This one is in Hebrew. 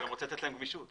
אתה רוצה לתת להם גמישות.